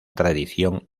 tradición